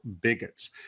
bigots